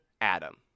Adam